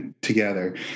together